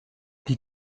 die